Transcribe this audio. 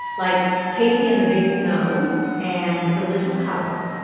like katy and the big snow and the little house.